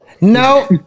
No